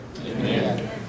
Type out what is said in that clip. Amen